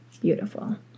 beautiful